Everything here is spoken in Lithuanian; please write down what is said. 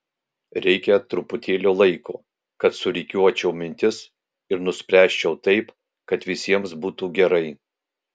reikia truputėlio laiko kad surikiuočiau mintis ir nuspręsčiau taip kad visiems būtų gerai